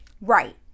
Right